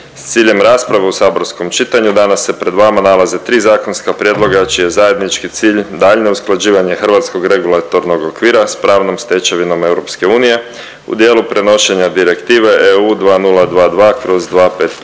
s ciljem rasprave u saborskom čitanju danas se pred vama nalaze tri zakonska prijedloga čiji je zajednički cilj daljnje usklađivanje hrvatskog regulatornog okvira s pravnom stečevinom EU u dijelu prenošenja Direktive EU 2022/2556